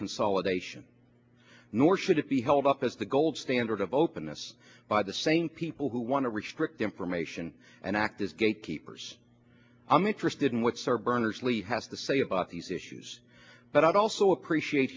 consolidation nor should it be held up as the gold standard of openness by the same people who want to restrict information and act as gatekeepers i'm interested in what sir berners lee has to say about these issues but i also appreciate